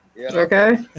Okay